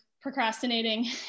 procrastinating